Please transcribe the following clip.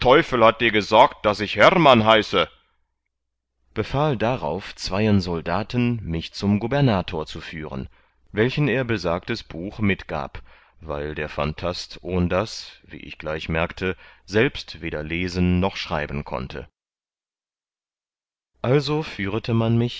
hat dir gesagt daß ich hermann heiße befahl darauf zweien soldaten mich zum gubernator zu führen welchen er besagtes buch mitgab weil der phantast ohndas wie ich gleich merkte selbst weder lesen noch schreiben konnte also führete man mich